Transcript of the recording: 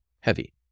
heavy